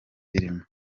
birimo